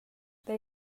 they